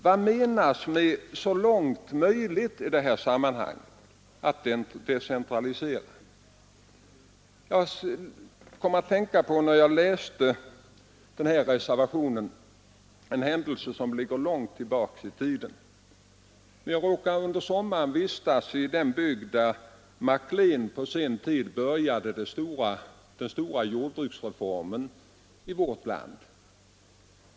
Vad menas med ”så långt möjligt decentraliserad” i det här sammanhanget? Jag kom, när jag läste den här reservationen, att tänka på en händelse som ligger långt tillbaka i tiden. Jag brukar under somrarna vistas i den bygd där Maclean på sin tid började den stora jordbruksreformen i vårt land.